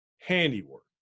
handiwork